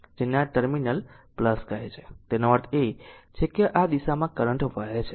જેને આ ટર્મિનલ કહે છે તેનો અર્થ એ છે કે આ દિશામાં કરંટ વહે છે